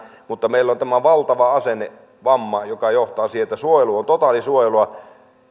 mutta meillä on tämä valtava asennevamma joka johtaa siihen että suojelu on totaalisuojelua